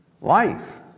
life